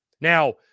Now